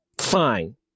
Fine